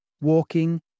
Walking